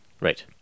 Right